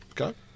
Okay